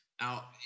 Now